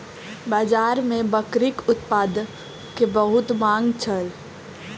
बाजार में बकरीक उत्पाद के बहुत मांग छल